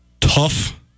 tough